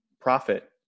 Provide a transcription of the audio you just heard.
profit